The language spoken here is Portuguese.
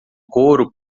coro